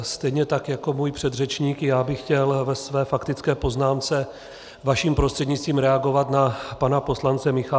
Stejně tak jako můj předřečník, i já bych chtěl ve své faktické poznámce vaším prostřednictvím reagovat na pana poslance Michálka.